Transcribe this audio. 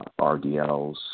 RDLs